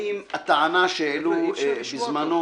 - האם הטענה שהעלו בזמנו,